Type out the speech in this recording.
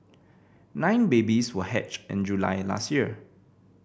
nine babies were hatched in July last year